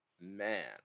man